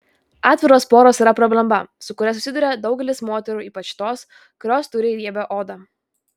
atviros poros yra problema su kuria susiduria daugelis moterų ypač tos kurios turi riebią odą